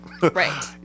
right